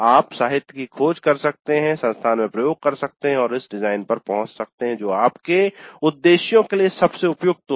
आप साहित्य की खोज कर सकते हैं संस्थान में प्रयोग कर सकते हैं और उस डिजाइन पर पहुंच सकते हैं जो आपके उद्देश्योंसंदर्भों के लिए सबसे उपयुक्त हो